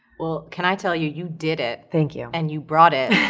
well, can i tell you, you did it. thank you. and you brought it,